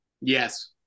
yes